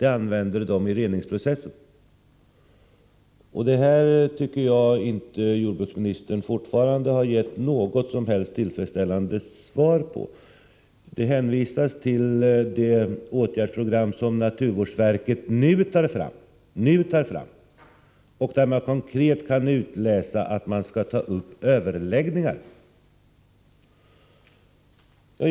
Jag tycker fortfarande att jordbruksministern inte gett något som helst tillfredsställande svar på den frågan. Det hänvisas till det åtgärdsprogram som naturvårdsverket nu tar fram och där det konkret kan utläsas att man skall ta upp överläggningar.